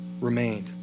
remained